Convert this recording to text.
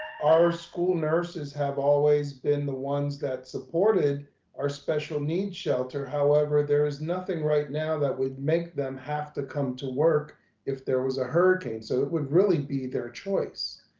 our school nurses have always been the ones that supported our special needs shelter. however, there is nothing right now that would make them have to come to work if there was a hurricane. so it would really be their choice.